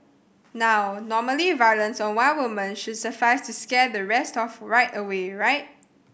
now normally violence on one woman should suffice to scare the rest off right away right